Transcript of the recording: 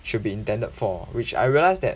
should be intended for which I realise that